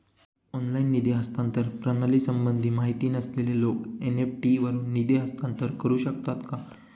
Online निधी हस्तांतरण प्रणालीसंबंधी माहिती नसलेले लोक एन.इ.एफ.टी वरून निधी हस्तांतरण करू शकतात का?